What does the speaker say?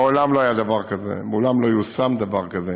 מעולם לא היה דבר כזה, מעולם לא יושם דבר כזה.